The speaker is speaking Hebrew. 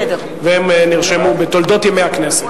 והם נרשמו בתולדות ימי הכנסת.